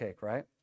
right